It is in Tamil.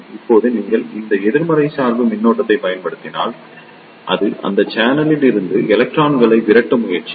இப்போது நீங்கள் எதிர்மறை சார்பு மின்னழுத்தத்தைப் பயன்படுத்தினால் அது இந்த சேனலில் இருந்து எலக்ட்ரான்களை விரட்ட முயற்சிக்கும்